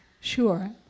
sure